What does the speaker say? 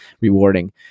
rewarding